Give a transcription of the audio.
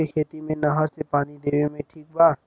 आलू के खेती मे नहर से पानी देवे मे ठीक बा?